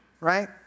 right